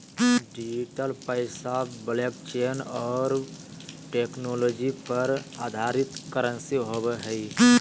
digital पैसा blockchain और technology पर आधारित करंसी होवो हइ